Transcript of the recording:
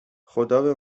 خدابه